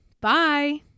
Bye